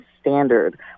standard